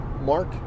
mark